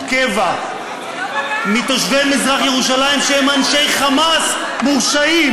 קבע מתושבי מזרח ירושלים שהם אנשי חמאס מורשעים,